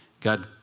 God